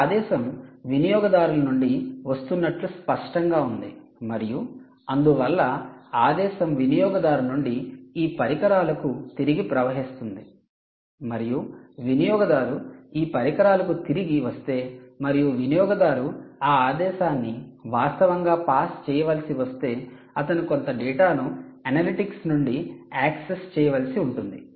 ఈ ఆదేశం వినియోగదారులు నుండి వస్తున్నట్లు స్పష్టంగా ఉంది మరియు అందువల్ల ఆదేశం వినియోగదారు నుండి ఈ పరికరాలకు తిరిగి ప్రవహిస్తుంది మరియు వినియోగదారు ఈ పరికరాలకు తిరిగి వస్తే మరియు వినియోగదారు ఆ ఆదేశాన్ని వాస్తవంగా పాస్ చేయవలసి వస్తే అతను కొంత డేటాను అనలిటిక్స్ నుండి యాక్సెస్ చేయవలసి ఉంటుంది